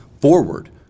forward